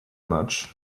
much